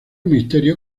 misterio